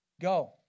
Go